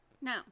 no